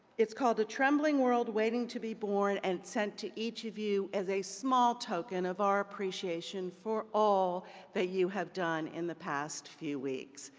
it's call the trembling world waiting to be born and sent to each of you as a small token of our appreciation for all that you have done in the past few weeks.